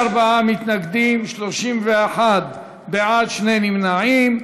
44 מתנגדים, 31 בעד, שני נמנעים.